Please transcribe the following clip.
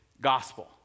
gospel